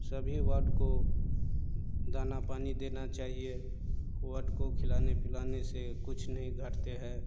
सभी वड को दाना पानी देना चाहिए वड को खिलाने पिलाने से कुछ नहीं घटते है